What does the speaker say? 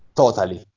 totally.